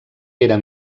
era